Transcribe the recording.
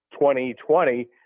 2020